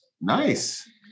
Nice